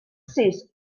basys